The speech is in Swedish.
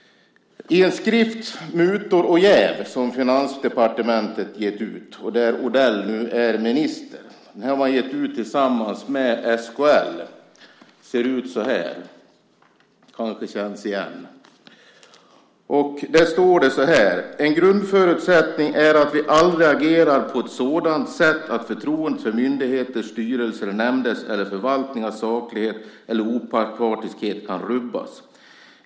I en skrift, Om mutor och jäv , som Finansdepartementet gett ut där Odell nu är minister och som man har gett ut tillsammans med SKL - den ser ut så här och känns kanske igen - står det: En grundförutsättning är att vi aldrig agerar på ett sådant sätt att förtroendet för myndigheters styrelser och nämnders eller förvaltningars saklighet eller opartiskhet kan rubbas.